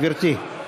גברתי,